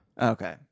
okay